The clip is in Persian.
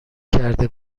کرده